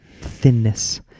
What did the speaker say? thinness